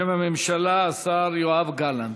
בשם הממשלה השר יואב גלנט,